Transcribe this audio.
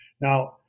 Now